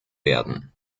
werden